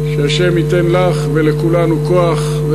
שהשם ייתן לך ולכולנו כוח.